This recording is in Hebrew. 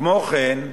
כמו כן,